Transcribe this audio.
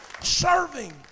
serving